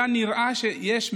היה נראה שיש מלמעלה,